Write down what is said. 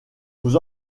aux